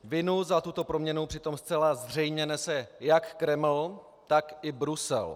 Vinu za tuto proměnu přitom zcela zřejmě nese jak Kreml, tak i Brusel.